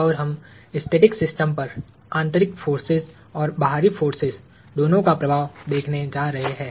और हम static system पर आतंरिक फोर्सेज और बाहरी फोर्सेज दोनों का प्रभाव को देखने जा रहे हैं